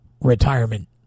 retirement